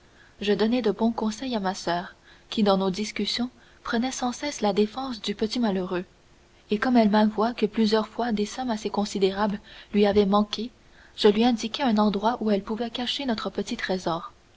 je donnai de bons conseils à ma soeur qui dans nos discussions prenait sans cesse la défense du petit malheureux et comme elle m'avoua que plusieurs fois des sommes assez considérables lui avaient manqué je lui indiquai un endroit où elle pouvait cacher notre petit trésor